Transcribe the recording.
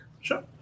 Sure